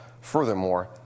Furthermore